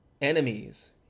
enemies